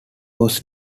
was